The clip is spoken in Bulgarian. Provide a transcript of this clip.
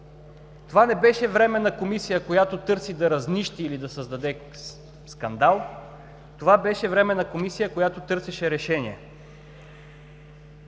Това не беше Временна комисия, която търси да разнищи или да създаде скандал – това беше Временна комисия, която търсеше решения.